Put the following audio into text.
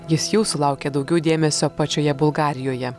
jis jau sulaukė daugiau dėmesio pačioje bulgarijoje